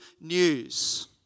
news